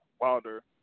Wilder